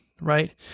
Right